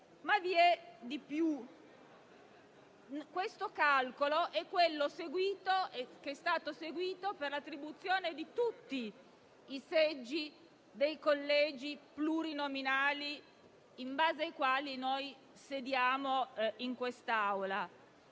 è però di più. Questo calcolo è stato seguito per l'attribuzione di tutti i seggi dei collegi plurinominali in base ai quali noi sediamo in questa Aula.